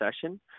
session